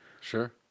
Sure